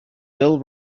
bill